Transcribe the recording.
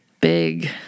big